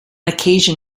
occasion